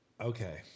Okay